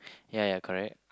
ya ya correct